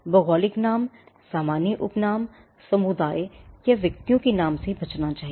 भौगोलिक नाम सामान्य उपनाम समुदाय या व्यक्तियों के नाम से बचना चाहिए